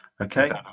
Okay